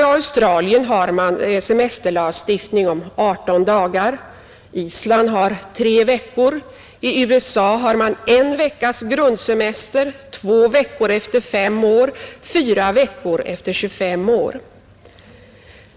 I Australien ger semesterlagstiftningen 18 dagars semester, i Island tre veckor, och i USA har man en veckas grundsemester, två veckor efter fem år och fyra veckor efter 25 år.